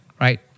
right